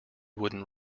wooden